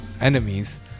enemies